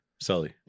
Sully